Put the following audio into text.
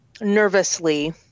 nervously